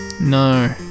No